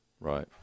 Right